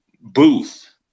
booth